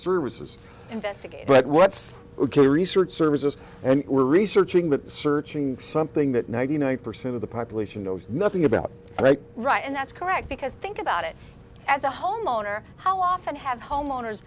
investigate but what's ok research services and we're researching the searching something that ninety nine percent of the population knows nothing about right right and that's correct because think about it as a homeowner how often have homeowners